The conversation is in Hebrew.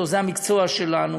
זה המקצוע שלנו.